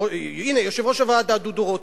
הנה יושב-ראש הוועדה דודו רותם,